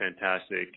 fantastic